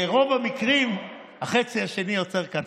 ברוב המקרים החצי השני קצר יותר.